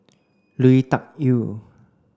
Lui Tuck Yew